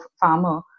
farmer